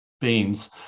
beans